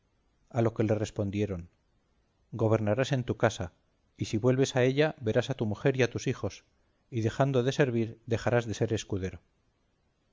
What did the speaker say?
a lo que le respondieron gobernarás en tu casa y si vuelves a ella verás a tu mujer y a tus hijos y dejando de servir dejarás de ser escudero